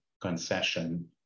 concession